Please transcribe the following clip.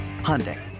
Hyundai